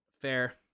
Fair